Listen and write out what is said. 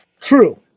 true